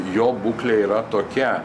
jo būklė yra tokia